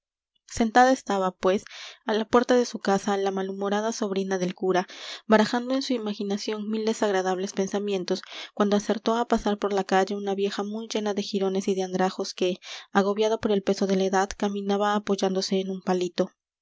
sentada estaba pues á la puerta de su casa la malhumorada sobrina del cura barajando en su imaginación mil desagradables pensamientos cuando acertó á pasar por la calle una vieja muy llena de jirones y de andrajos que agobiada por el peso de la edad caminaba apoyándose en un palito